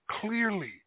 clearly